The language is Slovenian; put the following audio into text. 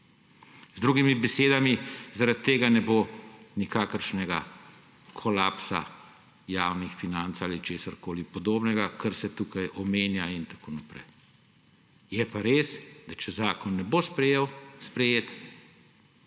Z drugimi besedami, zaradi tega ne bo nikakršnega kolapsa javnih financ ali česarkoli podobnega, kar se tukaj omenja in tako naprej. Je pa res, da če zakon ne bo sprejet,